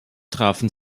trafen